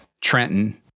Trenton